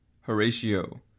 Horatio